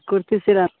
कुर्ती सिला